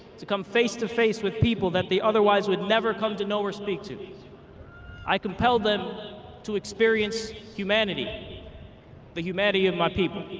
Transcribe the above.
to come face-to-face with people that they otherwise would never come to know her speak to. i compelled them to experience humanity the humanity of my people.